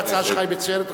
ההצעה שלך היא מצוינת,